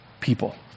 people